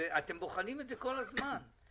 אתם בוחנים את זה כל הזמן.